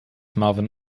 marvin